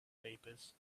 papers